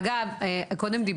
אגב, ורד, מקודם את